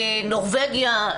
נורבגיה,